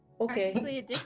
Okay